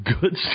good